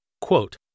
Quote